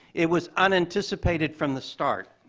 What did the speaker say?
it was unanticipated from the start.